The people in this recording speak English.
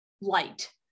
light